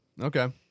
Okay